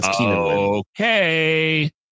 Okay